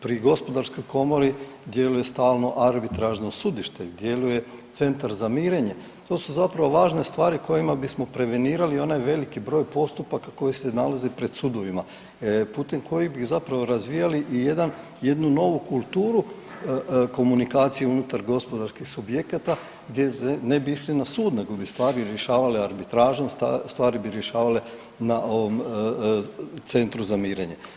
Pri gospodarskoj komori djeluje stalno arbitražno sudište, djeluje centar za mirenje, to su zapravo važne stvari kojima bismo prevenirali onaj veliki broj postupaka koji se nalazi pred sudovima putem kojih bi zapravo razvijali i jedan, jednu novu kulturu komunikacije unutar gospodarskih subjekata gdje ne bi išli na sud nego bi stvari rješavali arbitražom, stvari bi rješavali na ovom centru za mirenje.